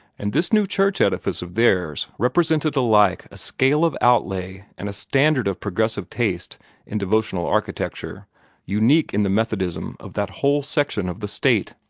and this new church edifice of theirs represented alike a scale of outlay and a standard of progressive taste in devotional architecture unique in the methodism of that whole section of the state.